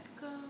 go